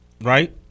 Right